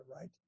right